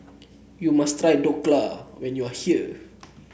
you must try Dhokla when you are here